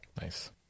Nice